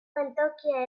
geltokia